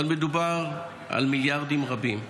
אבל מדובר על מיליארדים רבים.